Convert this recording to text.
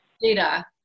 data